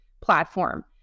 platform